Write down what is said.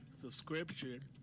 subscription